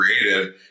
created